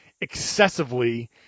excessively